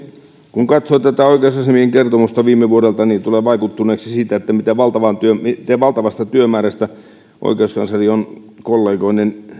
kun katsoo tätä oikeusasiamiehen kertomusta viime vuodelta tulee vaikuttuneeksi siitä miten valtavasta työmäärästä oikeusasiamies on kollegoineen